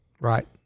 right